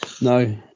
No